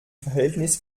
verhältnis